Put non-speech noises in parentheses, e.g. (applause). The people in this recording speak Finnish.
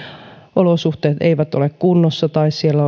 olosuhteet eivät ole kunnossa tai siellä (unintelligible)